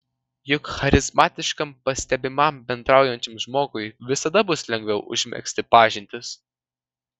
juk charizmatiškam pastebimam bendraujančiam žmogui visada bus lengviau užmegzti pažintis